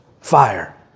fire